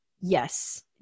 yes